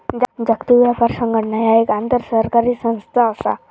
जागतिक व्यापार संघटना ह्या एक आंतरसरकारी संस्था असा